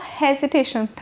hesitation